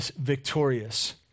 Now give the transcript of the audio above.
victorious